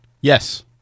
Yes